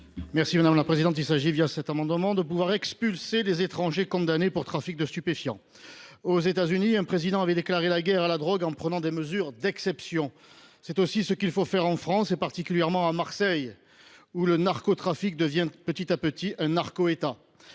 M. Stéphane Ravier. Il s’agit de pouvoir expulser les étrangers condamnés pour trafic de stupéfiants. Aux États Unis, un président avait déclaré la guerre à la drogue, en prenant des mesures d’exception. C’est aussi ce qu’il faut faire en France, particulièrement à Marseille, où le narcotrafic devient petit à petit un narco État.